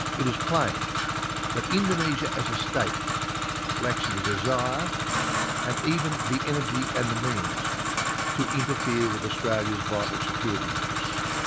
it is plain that indonesia as a state lacks the desire and even the energy and the means to interfere with australia's vital security interests.